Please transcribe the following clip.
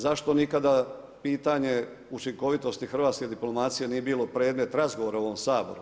Zašto nikada pitanje učinkovitosti hrvatske diplomacije nije bilo predmet razgovora u ovom Saboru.